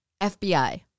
FBI